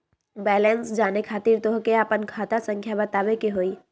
Balance जाने खातिर तोह के आपन खाता संख्या बतावे के होइ?